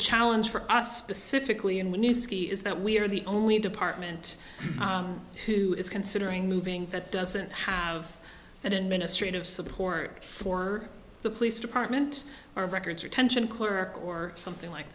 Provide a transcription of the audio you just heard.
challenge for us specifically and when you ski is that we are the only department who is considering moving that doesn't have that in ministry of support for the police department or records or tension clerk or something like